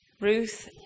Ruth